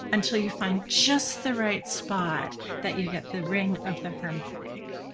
until you find just the right spot that you get the ring of the harmonic.